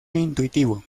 intuitivo